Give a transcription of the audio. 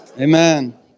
Amen